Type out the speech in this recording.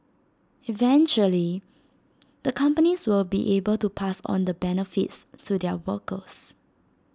eventually the companies will be able to pass on the benefits to their workers